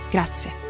Grazie